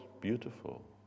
beautiful